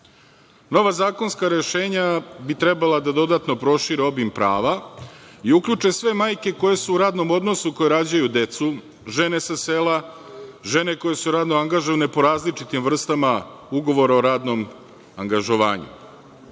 zakonska rešenja bi trebala da dodatno prošire obim prava i uključe sve majke koje su u radnom odnosu, koje rađaju decu, žene sa sela, žene koje su radno angažovane po različitim vrstama ugovora o radnom angažovanju. Prvi